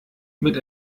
mit